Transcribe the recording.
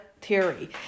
theory